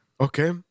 Okay